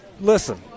listen –